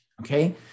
okay